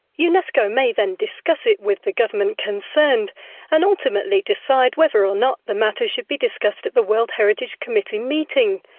unesco may then discuss it with the government concerned and ultimately decide whether or not the matter should be discussed at the world heritage committee meeting.